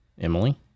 Emily